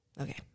Okay